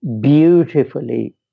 Beautifully